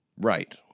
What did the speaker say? Right